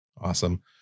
Awesome